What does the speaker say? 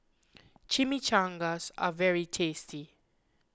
Chimichangas are very tasty